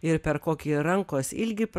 ir per kokį rankos ilgį